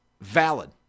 Valid